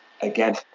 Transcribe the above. again